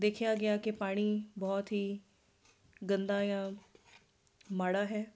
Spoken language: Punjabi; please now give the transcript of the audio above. ਦੇਖਿਆ ਗਿਆ ਕਿ ਪਾਣੀ ਬਹੁਤ ਹੀ ਗੰਦਾ ਜਾਂ ਮਾੜਾ ਹੈ